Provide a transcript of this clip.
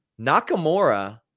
Nakamura